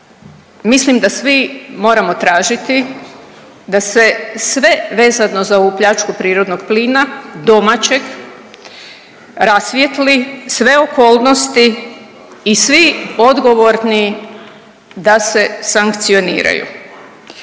mislim da svi moramo tražiti da se sve vezano za ovu pljačku prirodnog plina domaćeg rasvijetli, sve okolnosti i svi odgovorni da se sankcioniraju.